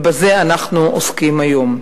ובזה אנחנו עוסקים היום.